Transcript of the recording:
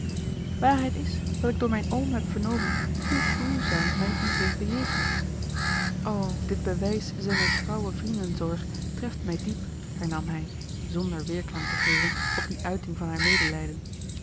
waarheid is dat ik door mijn oom heb vernomen hoe gruwzaam men u heeft bejegend o dit bewijs zijner trouwe vriendenzorg treft mij diep hernam hij zonder weêrklank te geven op die uiting van haar medelijden